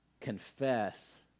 confess